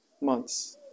months